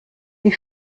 die